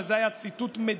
אבל זה היה ציטוט מדויק